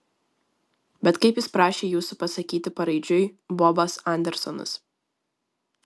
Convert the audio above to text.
bet kaip jis prašė jūsų pasakyti paraidžiui bobas andersonas